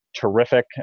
terrific